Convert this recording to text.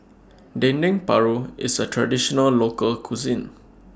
Dendeng Paru IS A Traditional Local Cuisine